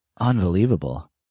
Unbelievable